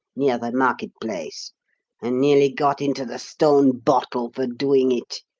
near the market place and nearly got into the stone bottle for doing it.